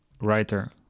writer